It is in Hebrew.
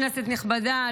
כנסת נכבדה,